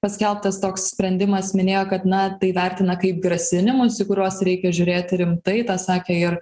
paskelbtas toks sprendimas minėjo kad na tai vertina kaip grasinimus į kuriuos reikia žiūrėti rimtai tą sakė ir